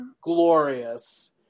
glorious